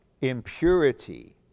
impurity